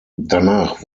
danach